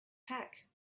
pack